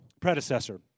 predecessor